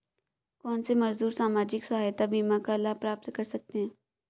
कौनसे मजदूर सामाजिक सहायता बीमा का लाभ प्राप्त कर सकते हैं?